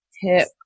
hip